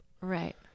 Right